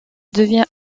devient